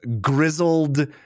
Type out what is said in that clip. grizzled